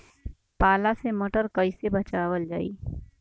पाला से मटर कईसे बचावल जाई?